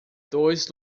dois